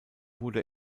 wurde